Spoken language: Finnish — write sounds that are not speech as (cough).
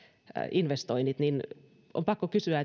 investoinnit niin on pakko kysyä (unintelligible)